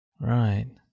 Right